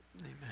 amen